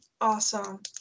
Awesome